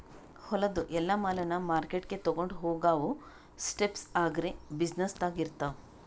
ಹೊಲದು ಎಲ್ಲಾ ಮಾಲನ್ನ ಮಾರ್ಕೆಟ್ಗ್ ತೊಗೊಂಡು ಹೋಗಾವು ಸ್ಟೆಪ್ಸ್ ಅಗ್ರಿ ಬ್ಯುಸಿನೆಸ್ದಾಗ್ ಇರ್ತಾವ